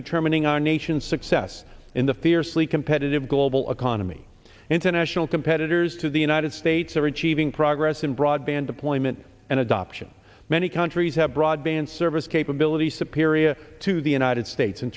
determining our nation's success in the fiercely competitive global economy international competitors to the united states are achieving progress in broadband deployment and adoption many countries have broadband service capabilities superior to the united states in